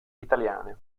italiane